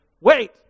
wait